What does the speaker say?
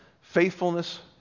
faithfulness